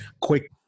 quick